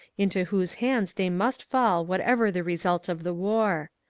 into whose hands they must fall whatever the result of the war.